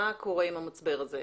מה קורה עם המצבר הישן?